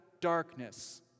darkness